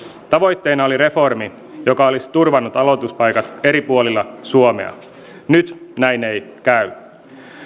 tavoitteena oli reformi joka olisi turvannut aloituspaikat eri puolilla suomea nyt näin ei käy